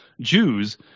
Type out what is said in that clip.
Jews